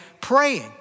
praying